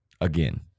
Again